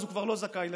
והוא כבר לא זכאי לחל"ת.